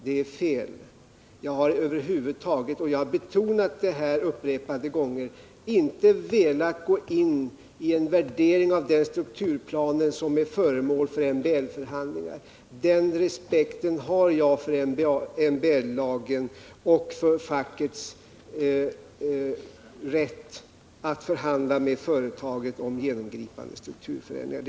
Det är fel. Jag har över huvud taget — och jag har betonat detta upprepade gånger — inte velat gå in i en värdering av den strukturplanen, som är föremål för MBL-förhandlingar. Den respekten har jag för MBL och för fackets rätt att förhandla med företaget om genomgripande strukturförändringar.